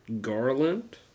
Garland